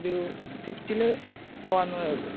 ഒരു സ്വിഫ്റ്റില് പോകാവുന്നതേയുള്ളൂ